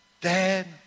Dad